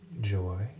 joy